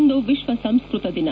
ಇಂದು ವಿಶ್ವ ಸಂಸ್ಕ್ವತ ದಿನ